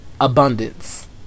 abundance